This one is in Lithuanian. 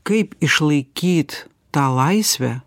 kaip išlaikyt tą laisvę